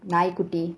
நாய் குட்டி:naai kutti